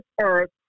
earth